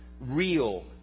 real